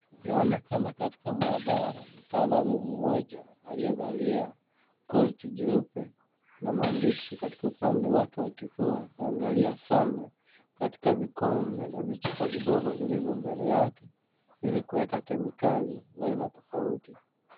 Yaonekana katika mahabara mtaalam mmoja aliyevalia koti jeupe na maandishi katika upande wake wa kifua aangalia sana katika vikombe na vichupa vidogo vilivyo mbele yake ili kuweka kemikali la aina tofauti.